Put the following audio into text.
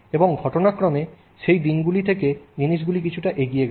এবং ঘটনাক্রমে সেই দিনগুলি থেকে জিনিসগুলি কিছুটা এগিয়ে গেছে